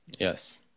Yes